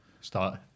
start